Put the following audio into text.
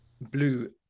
Blue